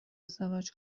ازدواج